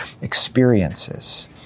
experiences